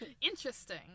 interesting